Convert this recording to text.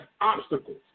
obstacles